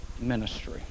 ministry